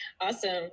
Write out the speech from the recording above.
awesome